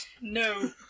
No